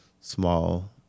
Small